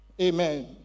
Amen